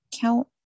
count